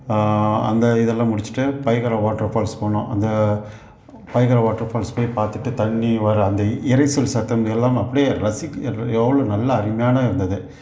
அந்த இதெல்லாம் முடிச்சுட்டு பயகரா வாட்டர் ஃபால்ஸ் போனோம் அந்த பயகரா வாட்டர் ஃபால்ஸ் போய் பாத்துட்டு தண்ணி வர அந்த இரைச்சல் சத்தம் எல்லாம் அப்டியே ரசிக்கும் எவ்வளோ நல்லா அருமையாக இருந்தது